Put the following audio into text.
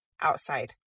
outside